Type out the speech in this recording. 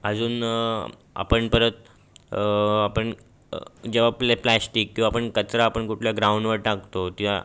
अजून आपण परत आपण जेव्हा आपले प्लॅश्टीक किंवा आपण कचरा आपण कुठल्या ग्राउंडवर टाकतो त्या